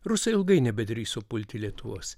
rusai ilgai nebedrįso pulti lietuvos